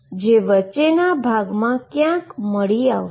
જે વચ્ચેના ભાગમા ક્યાક મળી આવશે